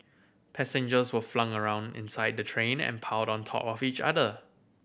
passengers were flung around inside the train and piled on top of each other